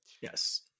Yes